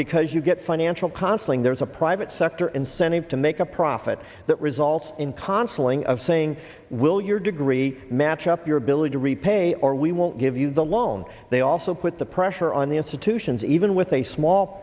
because you get financial conflict there is a private sector incentive to make a profit that results in conflict of saying will your degree match up your ability to repay or we won't give you the loan they also put the pressure on the institutions even with a small